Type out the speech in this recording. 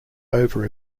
over